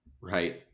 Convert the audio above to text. right